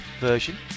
version